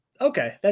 Okay